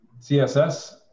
CSS